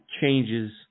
changes